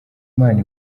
imana